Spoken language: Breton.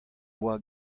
boa